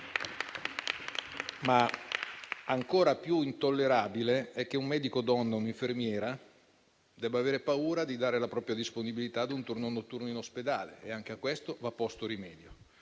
Ancora più intollerabile è che un medico donna o un'infermiera debbano avere paura di dare la propria disponibilità a svolgere un turno notturno in ospedale: anche a questo va posto rimedio.